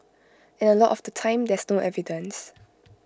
and A lot of the time there's no evidence